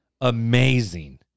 amazing